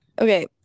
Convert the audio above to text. Okay